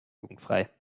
jugendfrei